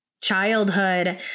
childhood